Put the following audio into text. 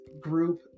group